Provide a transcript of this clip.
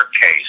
case